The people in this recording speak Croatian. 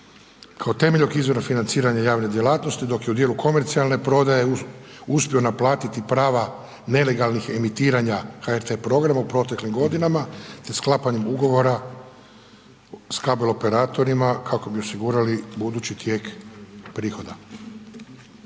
kao temeljnog izvora financiranja javne djelatnosti dok je u dijelu komercijalne prodaje uspio naplatiti prava nelegalnih emitiranja HRT programa u proteklim godinama te sklapanjem ugovora s kabeloperatorima kako bi osigurali budući tijek prihoda.